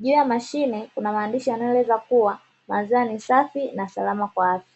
juu ya mashine kuna maandishi yanayo eleza kuwa maziwa ni safi na salama kwa afya.